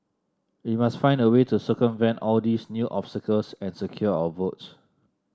we must find a way to circumvent all these new obstacles and secure our votes